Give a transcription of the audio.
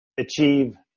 Achieve